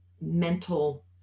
mental